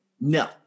No